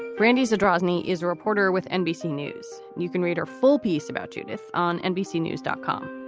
brandi's had rosny is a reporter with nbc news. you can read her full piece about judyth on nbc news dot com.